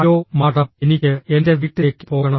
hello madam എനിക്ക് എൻ്റെ വീട്ടിലേക്ക് പോകണം